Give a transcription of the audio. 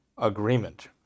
agreement